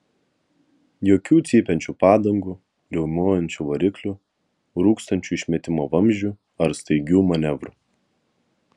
jokių cypiančių padangų riaumojančių variklių rūkstančių išmetimo vamzdžių ar staigių manevrų